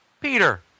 Peter